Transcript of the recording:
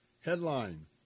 Headline